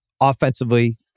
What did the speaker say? offensively